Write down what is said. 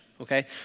Okay